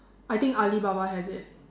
I think Alibaba has it